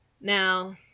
Now